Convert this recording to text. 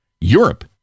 Europe